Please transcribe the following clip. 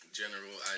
general